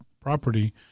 property